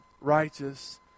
righteous